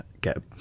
get